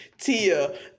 Tia